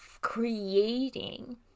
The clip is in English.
creating